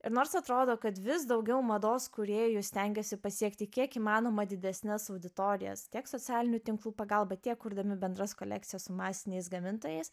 ir nors atrodo kad vis daugiau mados kūrėjų stengiasi pasiekti kiek įmanoma didesnes auditorijas tiek socialinių tinklų pagalba tiek kurdami bendras kolekcijas su masiniais gamintojais